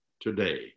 today